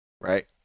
Right